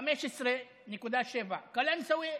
15.7%; קלנסווה,